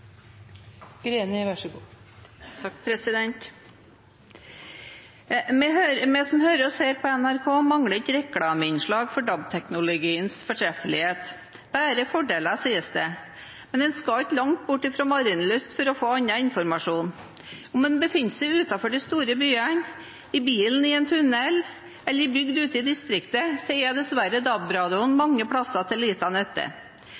Vi som hører og ser på NRK, mangler ikke reklameinnslag for DAB-teknologiens fortreffelighet. Det er bare fordeler, sies det. Men en skal ikke langt bort fra Marienlyst for å få annen informasjon. Om en befinner seg utenfor de store byene, i bilen i en tunnel, eller i en bygd ute i distriktet, er dessverre